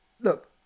look